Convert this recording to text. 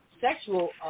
sexual